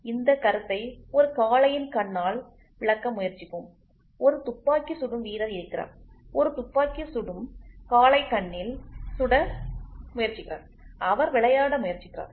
எனவே இந்த கருத்தை ஒரு காளையின் கண்ணால் விளக்க முயற்சிப்போம் ஒரு துப்பாக்கி சுடும் வீரர் இருக்கிறார் ஒரு துப்பாக்கி சுடும் காளை கண்ணில் சுட முயற்சிக்கிறார் அவர் விளையாட முயற்சிக்கிறார்